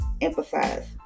Emphasize